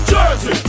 Jersey